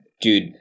Dude